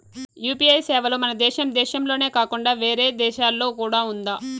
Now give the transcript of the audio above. UPI సేవలు మన దేశం దేశంలోనే కాకుండా వేరే దేశాల్లో కూడా ఉందా?